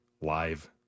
live